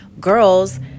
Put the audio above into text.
girls